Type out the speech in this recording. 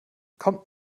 kommt